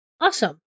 Awesome